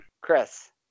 Chris